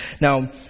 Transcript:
Now